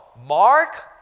Mark